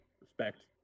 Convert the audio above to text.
Respect